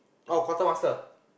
oh quartermaster